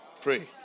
Pray